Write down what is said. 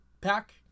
pack